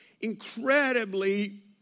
incredibly